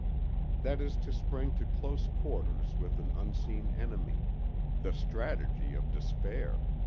that is to spring to close quarters with an unseen enemy the strategy of despair!